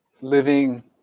living